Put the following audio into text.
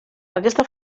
aquesta